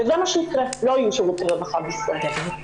וזה מה שיקרה, לא יהיו שירותי רווחה בישראל.